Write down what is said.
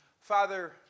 father